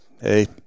hey